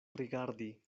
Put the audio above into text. rigardi